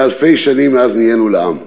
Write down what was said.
אלא אלפי שנים, מאז נהיינו לעם.